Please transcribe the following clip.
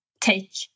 take